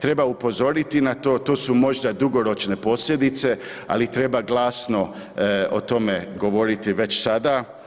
Treba upozoriti na to, to su možda dugoročne posljedice, ali treba glasno o tome govoriti već sada.